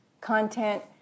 content